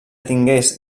tingués